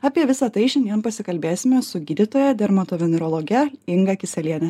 apie visa tai šiandien pasikalbėsime su gydytoja dermatovenerologe inga kiselienė